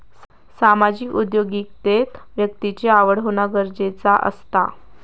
सामाजिक उद्योगिकतेत व्यक्तिची आवड होना गरजेचा असता